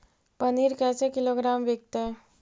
पनिर कैसे किलोग्राम विकतै?